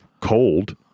cold